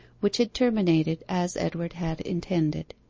which had terminated as edward had intended.